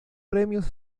premios